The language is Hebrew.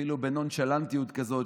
אפילו בנונשלנטיות כזאת,